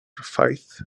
ffaith